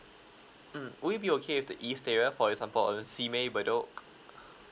mm will it be okay with the east area for example on the simei bedok